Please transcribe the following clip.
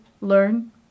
learn